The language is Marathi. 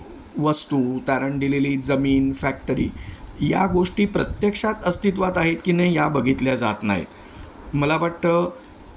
वस्तू तारण दिलेली जमीन फॅक्टरी या गोष्टी प्रत्यक्षात अस्तित्वात आहेत की नाही या बघितल्या जात नाहीत मला वाटतं